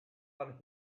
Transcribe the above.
one